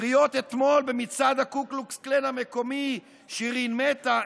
קריאות אתמול במצעד ה-KKK המקומי: "שירין מתה",